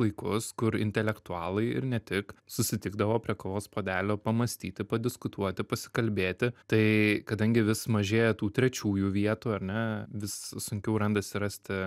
laikus kur intelektualai ir ne tik susitikdavo prie kavos puodelio pamąstyti padiskutuoti pasikalbėti tai kadangi vis mažėja tų trečiųjų vietų ar ne vis sunkiau randasi rasti